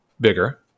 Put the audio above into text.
bigger